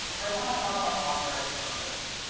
first i want to talk about copyright's purpose,